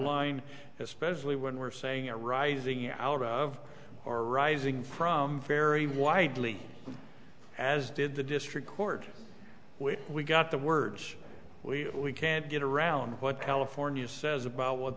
line especially when we're saying a rising out of or rising from very widely as did the district court which we got the words we we can't get around what california says about what